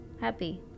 happy